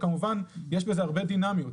כמובן שיש בזה הרבה דינאמיות,